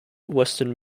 western